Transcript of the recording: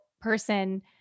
person